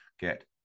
get